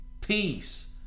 peace